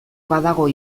badago